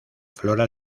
flora